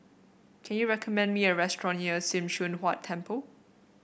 can you recommend me a restaurant near Sim Choon Huat Temple